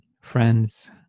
friends